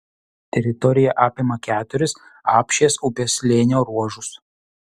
teritorija apima keturis apšės upės slėnio ruožus